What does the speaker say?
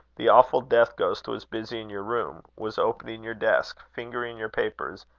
the awful death-ghost was busy in your room, was opening your desk, fingering your papers,